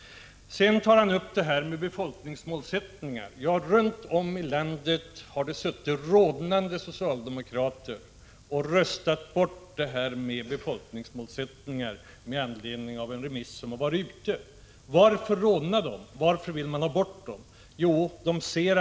Lars Ulander berörde också frågan om befolkningsmålsättningar. Runt om i landet har det suttit rodnande socialdemokrater och röstat bort befolkningsmålsättningarna i samband med den remissomgång som förevarit. Varför rodnar socialdemokraterna? Varför vill de ha bort befolkningsmålsättningarna?